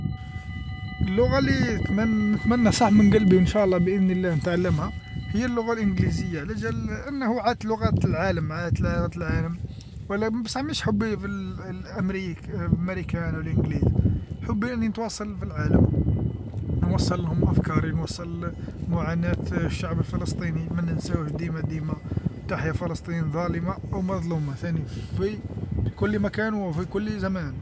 اللغه اللي نتمن- نتمنى صح من قلبي ان شا الله بإذن الله نتعلمها هي اللغه الإنجليزيه علاجال أنه عادت لغة العالم، عادت لغة العالم، ولا بصح مش حبي فال- ال- الأمريك الميريكان والإنجليز، حبي أني نتواصل في العالم، نوصلهم أفكاري، نوصل معاناة الشعب الفلسطيني، ما ننساوش ديما ديما، تحيا فلسطين ظالمه أو مظلومه ثاني في في كل مكان وفي كل زمان.